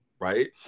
Right